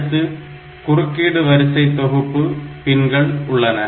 அடுத்து குறுக்கீடு வரிசை தொகுப்பு பின்கள் உள்ளன